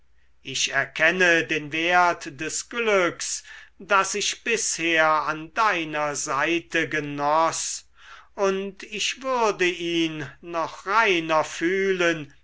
ich erkenne den wert des glücks das ich bisher an deiner seite genoß und würde ihn noch reiner fühlen